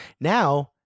Now